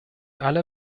alle